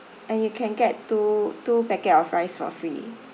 and you can get two two packet of rice for free